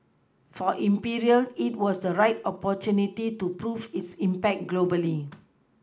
for imperial it was the right opportunity to prove its impact globally